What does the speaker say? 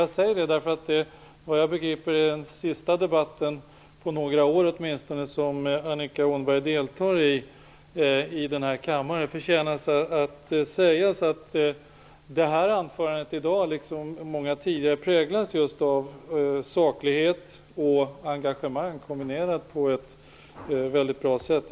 Jag säger detta eftersom jag förstår att det är den sista debatten i denna kammare som Annika Åhnberg deltar i, i varje fall på några år. Det förtjänar att sägas att hennes anförande här i dag liksom många tidigare präglas av saklighet och engagemang kombinerat på ett mycket bra sätt.